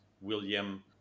William